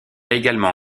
également